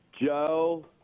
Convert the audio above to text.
joe